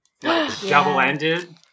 double-ended